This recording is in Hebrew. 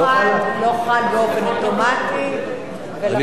לא חל, לא חל באופן אוטומטי, ולכן, אני יכול לדבר?